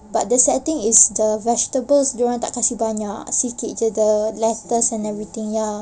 but the sad thing is the vegetables dia orang tak kasih banyak sikit jer the lettuce and everything ya